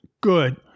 Good